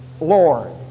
Lord